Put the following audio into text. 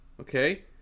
okay